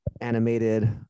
animated